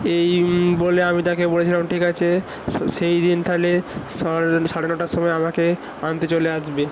এই বলে আমি তাকে বলেছিলাম ঠিক আছে সেই দিন তাহলে সাড়ে নটার সময় আমাকে আনতে চলে আসবে